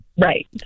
Right